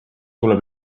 tuleb